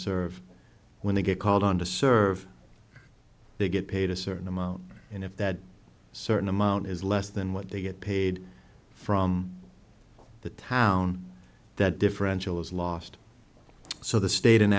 serve when they get called on to serve they get paid a certain amount and if that certain amount is less than what they get paid from the town that differential is lost so the state